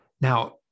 Now